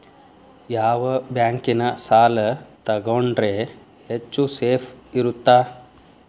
ಯಾವ ಬ್ಯಾಂಕಿನ ಸಾಲ ತಗೊಂಡ್ರೆ ಹೆಚ್ಚು ಸೇಫ್ ಇರುತ್ತಾ?